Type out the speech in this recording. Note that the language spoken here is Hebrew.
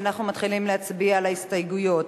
ואנחנו מתחילים להצביע על ההסתייגויות.